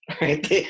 right